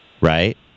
right